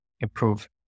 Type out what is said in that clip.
improve